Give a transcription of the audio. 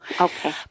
Okay